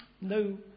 no